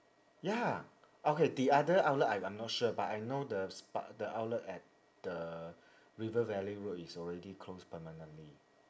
ya okay the other outlet I'm I'm not sure but I know the s~ but the outlet at the river valley road is already closed permanently